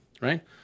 right